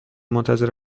منتظر